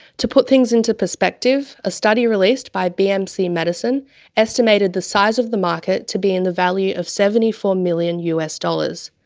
to put things into perspective, a study released by bmc medicine estimated the size of the market to be in the value of seventy four million us dollars,